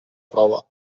prova